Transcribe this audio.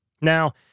Now